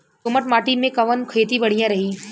दोमट माटी में कवन खेती बढ़िया रही?